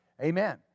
Amen